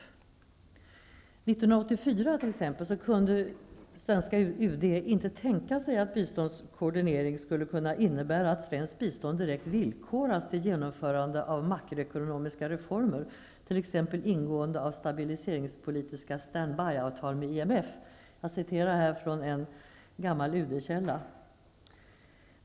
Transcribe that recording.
1984 kunde svenska UD inte tänka sig att biståndskoordinering skulle kunna innebära att svenskt bistånd direkt villkorades till genomförande av makroekonomiska reformer, t.ex. ingående av stabiliseringspolitiska stand byavtal med IMF. Jag refererar i detta sammanhang en gammal UD-källa.